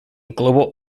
global